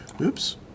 Oops